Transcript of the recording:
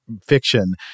fiction